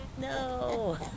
No